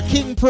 King